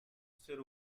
ser